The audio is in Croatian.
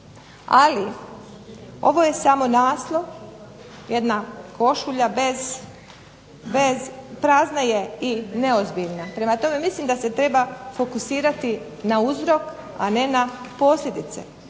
Ali, ovo je samo naslov, jedna košulja bez, prazna je i neozbiljna. Prema tome mislim da se treba fokusirati na uzrok, a ne na posljedice.